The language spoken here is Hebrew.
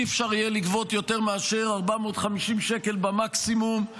לא יהיה אפשר לגבות יותר מאשר 450 שקל במקסימום,